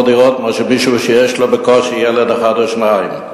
דירות ממישהו שיש לו בקושי ילד אחד או שניים.